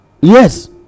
Yes